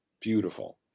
beautiful